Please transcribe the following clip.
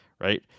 right